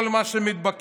כל מה שמתבקש